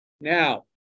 now